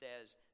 says